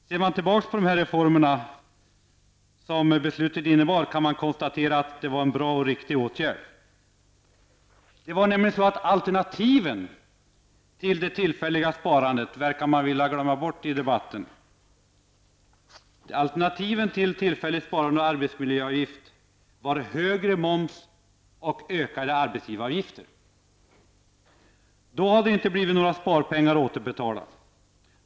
Ser vi tillbaka på reformerna som beslutet innebar, kan vi konstatera att det var en bra och riktig åtgärd. De alternativ som fanns verkar man nu vilja glömma bort i debatten. Ett alternativ till tillfälligt sparande och arbetsmiljöavgift var högre moms och ökade arbetsgivaravgifter. Då hade det inte varit några sparpengar återbetalade.